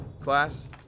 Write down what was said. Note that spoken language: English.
Class